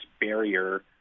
barrier